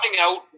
out